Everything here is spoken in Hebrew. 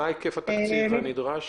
מה היקף התקציב הנדרש?